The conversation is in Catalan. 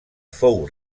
fou